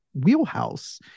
wheelhouse